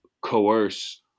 coerce